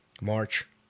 March